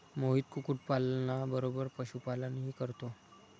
मोहित कुक्कुटपालना बरोबर पशुपालनही करतो